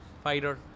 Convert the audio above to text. Fighter